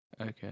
Okay